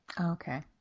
Okay